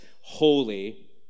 holy